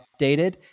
updated